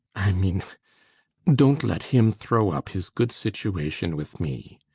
i mean don't let him throw up his good situation with me.